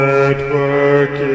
Network